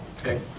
Okay